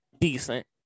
decent